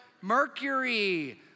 Mercury